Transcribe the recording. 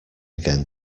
again